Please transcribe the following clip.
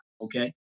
okay